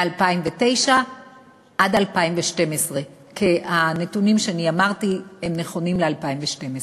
מ-2009 עד 2012, כי הנתונים שאמרתי נכונים ל-2012.